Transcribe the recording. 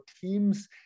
teams